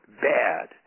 bad